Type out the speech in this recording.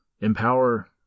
empower